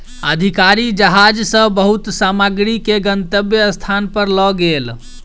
अधिकारी जहाज सॅ बहुत सामग्री के गंतव्य स्थान पर लअ गेल